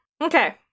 Okay